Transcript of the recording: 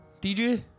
DJ